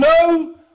no